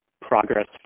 progress